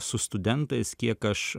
su studentais kiek aš